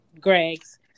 greg's